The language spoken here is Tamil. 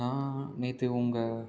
நான் நேற்று உங்கள்